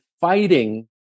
fighting